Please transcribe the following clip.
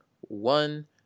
one